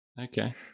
Okay